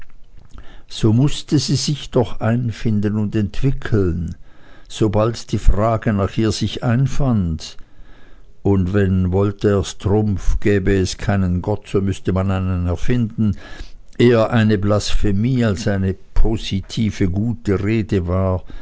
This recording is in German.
so mußte sie sich doch einfinden und entwickeln sobald die frage nach ihr sich einfand und wenn voltaires trumpf gäbe es keinen gott so müßte man einen erfinden eher eine blasphemie als ein positive gute rede war